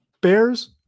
Bears